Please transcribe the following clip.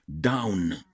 down